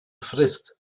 frist